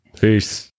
Peace